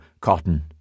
cotton